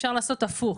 אפשר לעשות הפוך.